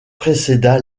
précéda